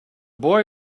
boy